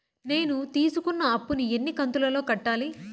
నేను తీసుకున్న అప్పు ను ఎన్ని కంతులలో కట్టాలి?